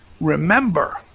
remember